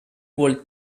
walled